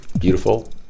beautiful